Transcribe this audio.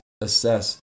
assess